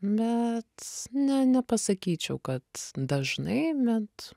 bet ne nepasakyčiau kad dažnai bet